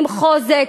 עם חוזק.